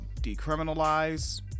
decriminalize